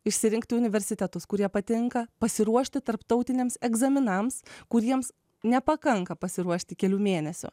išsirinkti universitetus kurie patinka pasiruošti tarptautiniams egzaminams kuriems nepakanka pasiruošti kelių mėnesių